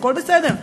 הכול בסדר,